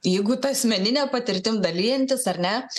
jeigu ta asmenine patirtim dalijantis ar ne